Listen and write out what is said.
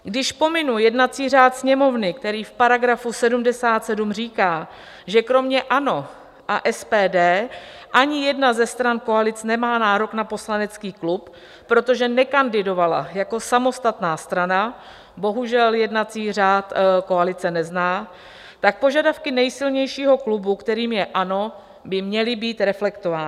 Když pominu jednací řád Sněmovny, který v § 77 říká, že kromě ANO a SPD ani jedna ze stran koalic nemá nárok na poslanecký klub, protože nekandidovala jako samostatná strana bohužel, jednací řád koalice nezná tak požadavky nejsilnějšího klubu, kterým je ANO, by měly být reflektovány.